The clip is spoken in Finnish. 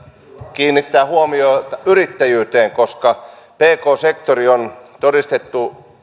kiinnittää huomiota yrittäjyyteen koska pk sektori on